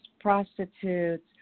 prostitutes